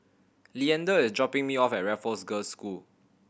Leander is dropping me off at Raffles Girls' School